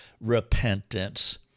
repentance